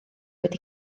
wedi